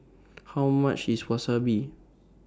How much IS Wasabi